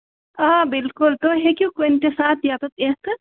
آ بِلکُل تُہۍ ہٮ۪کِو کُنہِ تہِ ساتہٕ یوٚتَتھ یِتھ